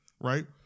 right